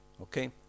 Okay